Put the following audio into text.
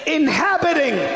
inhabiting